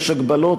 יש הגבלות,